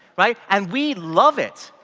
like and we love it.